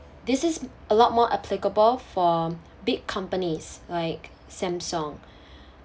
this is a lot more applicable for big companies like Samsung